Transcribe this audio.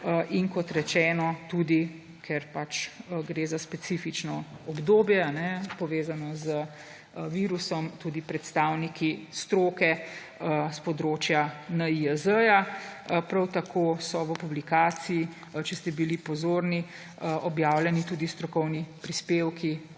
in – kot rečeno tudi, ker pač gre za specifično obdobje, povezano z virusom – tudi predstavniki stroke s področja NIJZ. Prav tako so v publikaciji, če ste bili pozorni, objavljeni tudi strokovni prispevki,